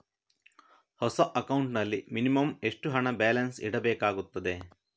ಹೊಸ ಅಕೌಂಟ್ ನಲ್ಲಿ ಮಿನಿಮಂ ಎಷ್ಟು ಹಣ ಬ್ಯಾಲೆನ್ಸ್ ಇಡಬೇಕಾಗುತ್ತದೆ?